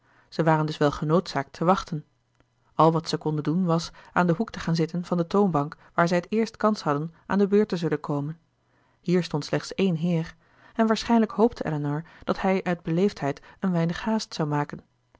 zij waren dus wel genoodzaakt te wachten al wat zij konden doen was aan den hoek te gaan zitten van de toonbank waar zij het eerst kans hadden aan de beurt te zullen komen hier stond slechts één heer en waarschijnlijk hoopte elinor dat hij uit beleefdheid een weinig haast zou maken